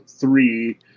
three